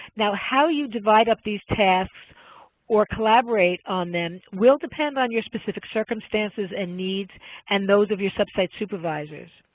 now how you divide up these tasks or collaborate on them will depend on your specific circumstances and needs and those of your sub-site supervisors.